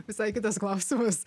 visai kitas klausimas